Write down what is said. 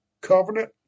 covenant